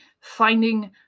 Finding